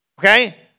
Okay